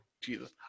Jesus